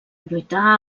lluitar